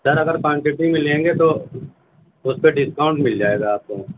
سر اگر کوانٹیٹی میں لیں گے تو اُس پہ ڈسکاؤنٹ مِل جائے گا آپ کو